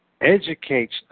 educates